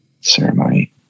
Ceremony